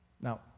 Now